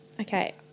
Okay